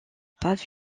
pas